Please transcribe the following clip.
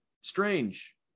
strange